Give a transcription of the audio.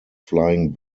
flying